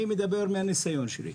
אני מדבר מהניסיון שלי.